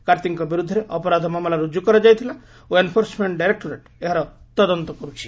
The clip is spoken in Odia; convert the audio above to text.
କାର୍ତ୍ତିଙ୍କ ବିରୁଦ୍ଧରେ ଅପରାଧ ମାମଲା ରୁଜୁ କରାଯାଇଥିଲା ଓ ଏନ୍ଫୋର୍ସମେଣ୍ଟ୍ ଡାଇରେକ୍ନୋରେଟ୍ ଏହାର ତଦନ୍ତ କରୁଛି